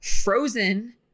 frozen